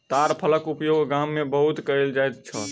ताड़ फलक उपयोग गाम में बहुत कयल जाइत छल